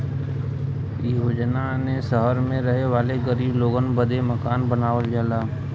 योजना ने सहर मे रहे वाले गरीब लोगन बदे मकान बनावल जाला